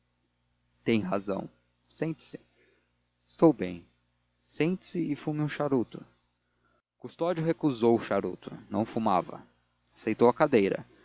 tem razão sente-se estou bem sente-se e fume um charuto custódio recusou o charuto não fumava aceitou a cadeira